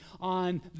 on